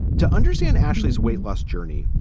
to understand ashlee's weight loss journey,